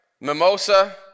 Mimosa